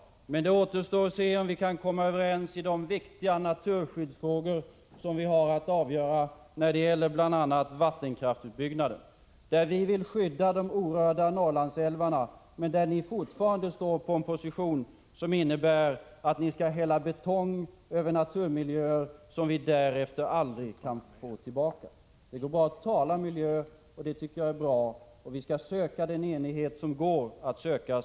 Men det återstår att se om vi kan komma överens i de viktiga naturskyddsfrågor som vi har att avgöra, bl.a. när det gäller vattenkraftsutbyggnaden. Vi vill skydda de orörda Norrlandsälvarna, men ni står fortfarande på en position som innebär att ni skall hälla betong över naturmiljöer som vi därefter aldrig kan få tillbaka. Det går bra att tala miljö, och det tycker jag är bra, och vi skall söka den enighet som går att söka.